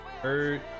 Hurt